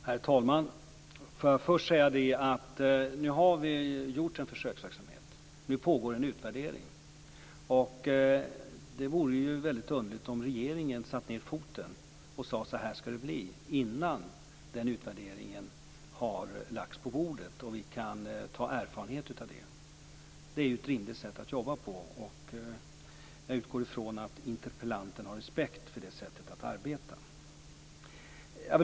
Herr talman! Nu har det varit en försöksverksamhet, och nu pågår en utvärdering. Det vore underligt om regeringen satte ned foten och talade om hur det skulle vara innan utvärderingen har lagts fram på bordet och vi kan använda erfarenheterna från den. Det är ett rimligt sätt att jobba på, och jag utgår från att interpellanten har respekt för det sättet att arbeta.